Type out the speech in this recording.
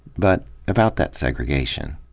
but, about that segregation.